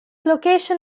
location